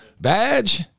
Badge